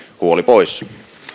huoli pois